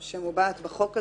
שמובעת בחוק הזה,